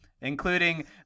including